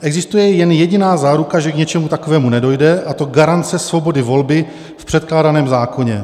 Existuje jen jediná záruka, že k něčemu takovému nedojde, a to garance svobody volby v předkládaném zákoně.